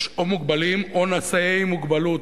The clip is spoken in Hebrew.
יש או מוגבלים או נשאי מוגבלות,